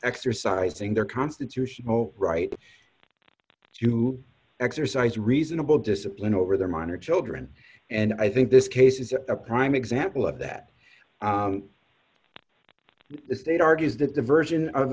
exercising their constitutional right to exercise reasonable discipline over their minor children and i think this case is a prime example of that but the state argues that the version of